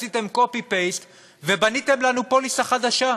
עשיתם copy-paste ובניתם לנו פוליסה חדשה.